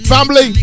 Family